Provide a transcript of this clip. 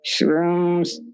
shrooms